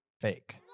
fake